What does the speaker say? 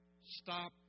stop